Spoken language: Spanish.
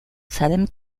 salem